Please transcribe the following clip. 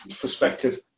perspective